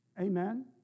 Amen